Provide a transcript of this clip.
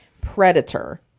predator